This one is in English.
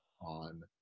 on